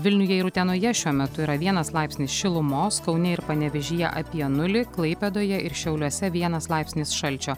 vilniuje ir utenoje šiuo metu yra vienas laipsnis šilumos kaune ir panevėžyje apie nulį klaipėdoje ir šiauliuose vienas laipsnis šalčio